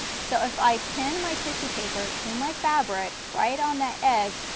so if i pin my tissue paper to my fabric, right on the edge,